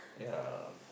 ya